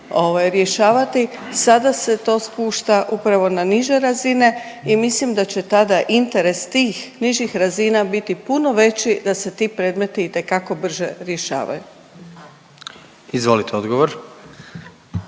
sada se to spušta upravo na niže razine i mislim da će tada interes tih nižih razina biti puno veći da se ti predmeti itekako brže rješavaju. **Jandroković,